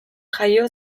jaio